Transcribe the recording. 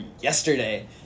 yesterday